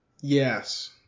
Yes